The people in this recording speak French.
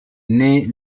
nait